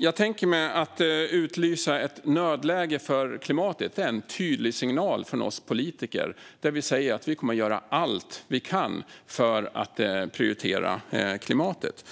Fru talman! Att utlysa ett nödläge för klimatet tänker jag är en tydlig signal från oss politiker, där vi säger att vi kommer att göra allt vi kan för att prioritera klimatet.